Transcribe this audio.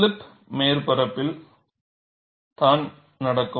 slip மேற்பரப்பில் தான் நடக்கும்